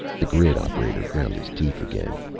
the grid operator ground his teeth again.